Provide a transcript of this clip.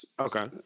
Okay